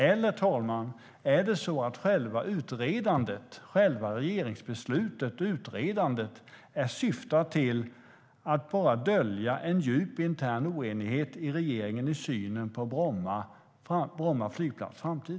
Eller är det så att själva regeringsbeslutet och utredandet syftar till att dölja en djup intern oenighet i regeringen i synen på Bromma flygplats framtid?